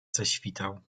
zaświtał